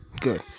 Good